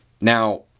Now